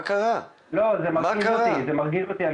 זה מרגיז אותי.